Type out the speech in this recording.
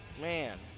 Man